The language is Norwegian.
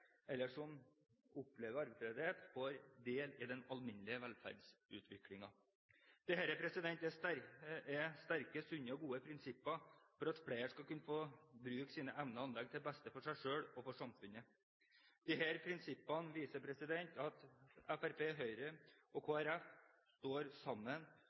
eller som opplever arbeidsledighet, får del i den alminnelige velferdsutviklingen. Dette er sterke, sunne og gode prinsipper for at flere skal kunne få bruke sine evner og anlegg til beste for seg selv og for samfunnet. Disse prinsippene viser at Fremskrittspartiet, Høyre og Kristelig Folkeparti står sammen